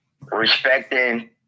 respecting